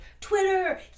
Twitter